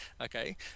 okay